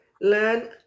learn